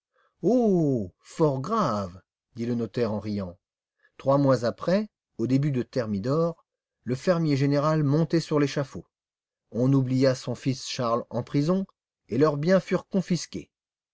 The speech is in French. fort graves dit le notaire en riant trois mois après au début de thermidor le fermier général montait sur l'échafaud on oublia son fils charles en prison et leurs biens furent confisqués